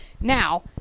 Now